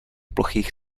plochých